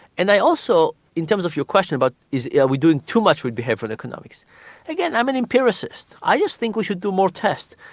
and i also in terms of your question about are yeah we doing too much with behavioural economics again, i'm an empiricists i yeah think we should do more tests,